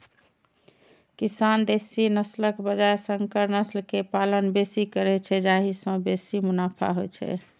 किसान देसी नस्लक बजाय संकर नस्ल के पालन बेसी करै छै, जाहि सं बेसी मुनाफा होइ छै